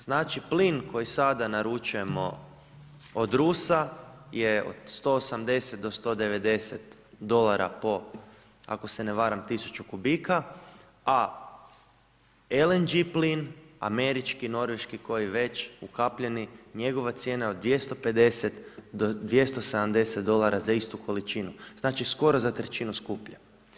Znači plin koji sada naručujemo od Rusa je od 180 do 190 dolara po ako se ne varam tisuću kubika, a LNG plin američki, norveški koji već ukapljeni njegova cijena je od 250 do 270 dolara za istu količinu, znači skoro za trećinu skuplje.